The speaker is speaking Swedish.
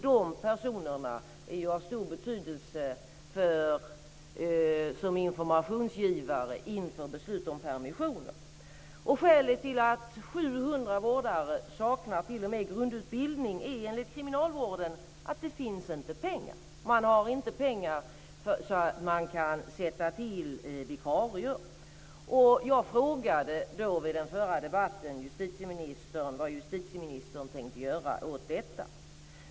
De personerna är av stor betydelse som informationsgivare inför beslut om permissioner. Skälet till att 700 vårdare saknar t.o.m. grundutbildning är enligt kriminalvården att det inte finns pengar. Man har inte pengar så att man kan sätta in vikarier. Jag frågade vid den förra debatten justitieministern vad hon tänkte göra åt detta.